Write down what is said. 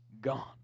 gone